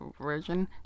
version